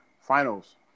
finals